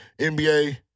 NBA